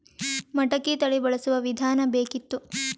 ಮಟಕಿ ತಳಿ ಬಳಸುವ ವಿಧಾನ ಬೇಕಿತ್ತು?